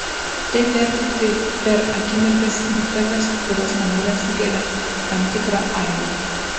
tai perteikti per akimirkas detales kurios manyje sukelia tam tikrą aidą